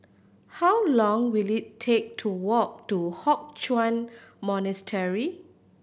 how long will it take to walk to Hock Chuan Monastery